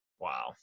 Wow